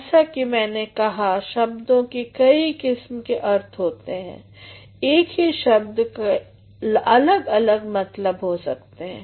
जैसा कि मैने कहा शब्दों के कई किस्म के अर्थ होते हैं एक ही शब्द के अलग अलग मतलब हो सकते हैं